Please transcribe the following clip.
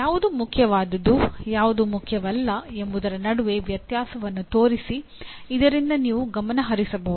ಯಾವುದು ಮುಖ್ಯವಾದುದು ಯಾವುದು ಮುಖ್ಯವಲ್ಲ ಎಂಬುದರ ನಡುವೆ ವ್ಯತ್ಯಾಸವನ್ನು ತೋರಿಸಿ ಇದರಿಂದ ನೀವು ಗಮನಹರಿಸಬಹುದು